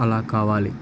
అలా కావాలి